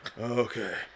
Okay